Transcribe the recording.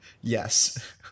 Yes